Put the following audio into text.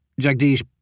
Jagdish